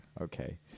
Okay